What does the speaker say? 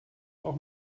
auch